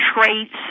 traits